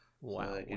wow